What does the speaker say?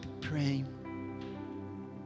praying